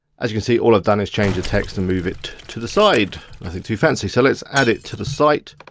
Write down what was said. as you can see, all i've done is change the text and move it to the side, nothing too fancy. so let's add it to the site.